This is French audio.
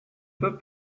peux